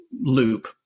loop